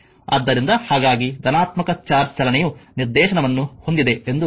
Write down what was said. ಆದ್ದರಿಂದ ಹಾಗಾಗಿ ಧನಾತ್ಮಕ ಚಾರ್ಜ್ ಚಲನೆಯ ನಿರ್ದೇಶನವನ್ನು ಹೊಂದಿದೆ ಎಂದು ತೆಗೆದುಕೊಳ್ಳಲಾಗಿದೆ